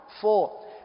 Four